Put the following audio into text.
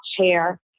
chair